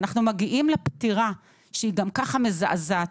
אנחנו מגיעים לפטירה שגם כך היא מזעזעת,